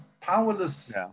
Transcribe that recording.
powerless